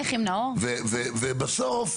ובסוף,